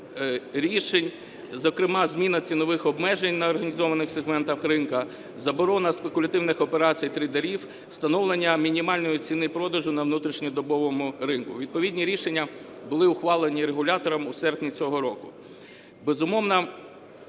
рішень, зокрема зміна цінових обмежень на організованих сегментах ринку, заборона спекулятивних операцій трейдерів, встановлення мінімальної ціни продажу на внутрішньодобовому ринку. Відповідні рішення були ухвалені регулятором у серпні цього року.